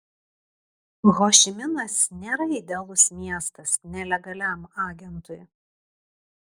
hošiminas nėra idealus miestas nelegaliam agentui